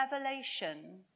revelation